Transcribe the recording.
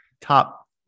top